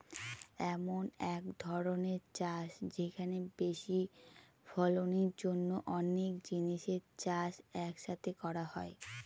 এমন এক ধরনের চাষ যেখানে বেশি ফলনের জন্য অনেক জিনিসের চাষ এক সাথে করা হয়